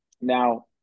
Now